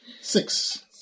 Six